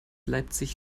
leipzig